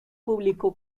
publicó